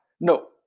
No